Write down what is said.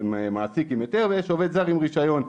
יש מעסיק עם היתר ויש עובד זר עם רישיון.